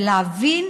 ולהבין,